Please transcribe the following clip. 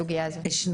לתת לה את השם,